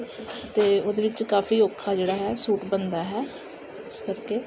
ਅਤੇ ਉਹਦੇ ਵਿੱਚ ਕਾਫੀ ਔਖਾ ਜਿਹੜਾ ਹੈ ਸੂਟ ਬਣਦਾ ਹੈ ਇਸ ਕਰਕੇ